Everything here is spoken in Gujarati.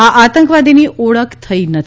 આ આતંકવાદીની ઓળખ થઇ નથી